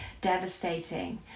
devastating